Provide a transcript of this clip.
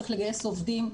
צריך לגייס עובדים,